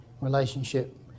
relationship